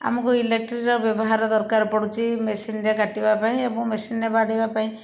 ଆମକୁ ଇଲେକ୍ଟ୍ରିର ବ୍ୟବହାର ଦରକାର ପଡ଼ୁଛି ମେସିନରେ କାଟିବା ପାଇଁ ଏବଂ ମେସିନରେ ବାଡ଼େଇବା ପାଇଁ